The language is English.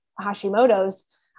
Hashimoto's